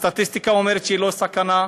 הסטטיסטיקה אומרת שהיא לא סכנה,